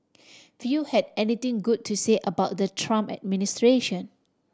few had anything good to say about the Trump administration